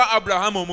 Abraham